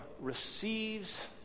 receives